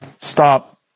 stop